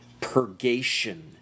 purgation